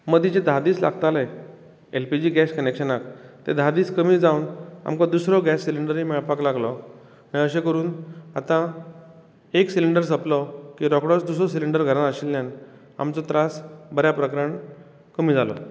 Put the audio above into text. मदीं जे धा दीस लागताले एल पी जी गेस कनेक्शनाक ते धा दीस कमी जावन आमकां दुसरो गेस सिलेंडरूय मेळपाक लागलो आनी अशे करून आतां एक सिलेंडर सोंपलो की रोकडोच दुसरो सिलेंडर घरांत आशिल्ल्यान आमचो त्रास बऱ्या प्रकारान कमी जालो